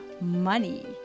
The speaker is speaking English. money